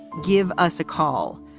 give us a call.